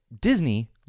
Disney